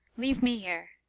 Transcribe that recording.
leave me here.